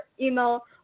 email